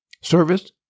service